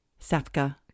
Safka